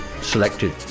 selected